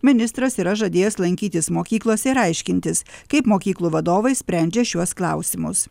ministras yra žadėjęs lankytis mokyklose ir aiškintis kaip mokyklų vadovai sprendžia šiuos klausimus